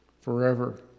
forever